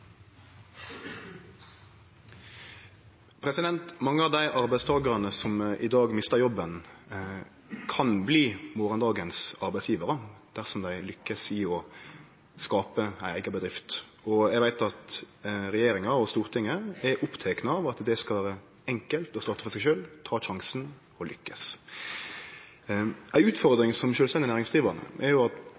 oppfølgingsspørsmål. Mange av dei arbeidstakarane som i dag mister jobben, kan blir morgondagens arbeidsgjevarar dersom dei lykkast i å skape ei eiga bedrift. Og eg veit at regjeringa og Stortinget er opptekne av at det skal vere enkelt å starte for seg sjølv, ta sjansen, og lykkast. Ei utfordring som sjølvstendig næringsdrivande er jo at